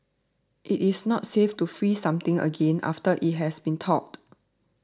it is not safe to freeze something again after it has been thawed